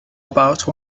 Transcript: about